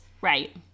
Right